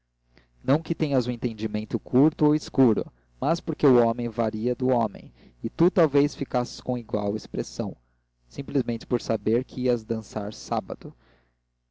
não que tenhas o entendimento curto ou escuro mas porque o homem varia do homem e tu talvez ficasses com igual expressão simplesmente por saber que ias dançar sábado